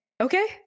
okay